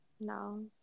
No